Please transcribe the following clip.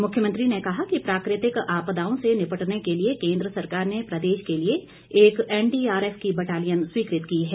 मुख्यमंत्री ने कहा कि प्राकृतिक आपदाओं से निपटने के लिए केंद्र सरकार ने प्रदेश के लिए एक एनडीआरएफ की बटालियन स्वीकृत की है